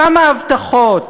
כמה הבטחות.